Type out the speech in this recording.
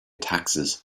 taxes